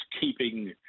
keeping